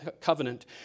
covenant